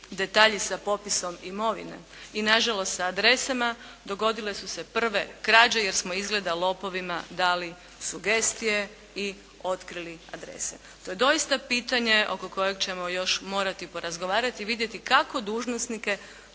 detalji sa popisom imovine i na žalost sa adresama dogodile su se prve krađe, jer smo izgleda lopovima dali sugestije i otkrili adrese. To je doista pitanje oko kojeg ćemo još morati porazgovarati i vidjeti kako dužnosnike